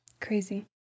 Crazy